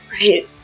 Right